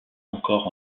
encore